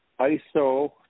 iso